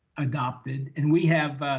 adopted and we have,